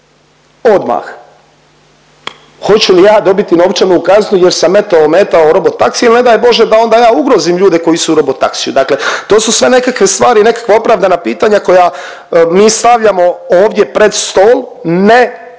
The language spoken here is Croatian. odmah. Hoću li ja dobiti novčanu kaznu, jer sam eto, ometao robotaksi ili ne daj Bože, da onda ja ugrozim ljude koji su u robotaksiju. Dakle to su sve nekakve stvari i nekakva opravdana pitanja koja mi stavljamo ovdje pred stol ne da